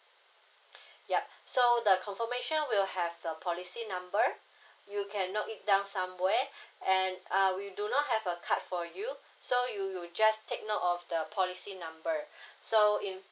yup so the confirmation will have the policy number you can note it down somewhere and uh we do not have a card for you so you will just take note of the policy number so in